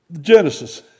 Genesis